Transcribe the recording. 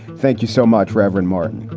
thank you so much, reverend martin.